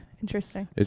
Interesting